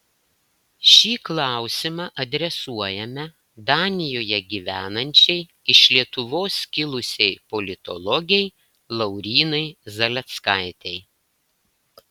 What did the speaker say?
šį klausimą adresuojame danijoje gyvenančiai iš lietuvos kilusiai politologei laurynai zaleckaitei